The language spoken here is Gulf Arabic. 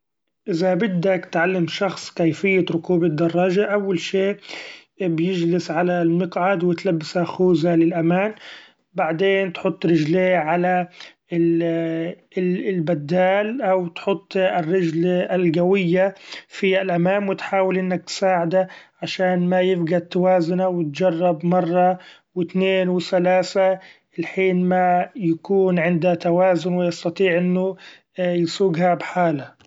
إذا بدك تعلم شخص كيفية ركوب الدراجة أول شي بيجلس علي المقعد و تلبسه خوذه للأمان بعدين تحط رجليه علي البدال أو تحط الرجل القوية في الأمام و تحاول إنك تساعده عشان ما يفقد توازنه ، و تجرب مره و اتنين و ثلاثه لحين ما يكون عنده توازن و يستطيع إنو يسوقها بحاله.